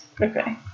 Okay